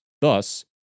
thus